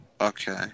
Okay